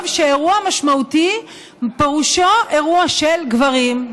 שאירוע משמעותי פירושו אירוע של גברים.